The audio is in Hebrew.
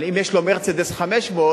אם יש לו "מרצדס 500",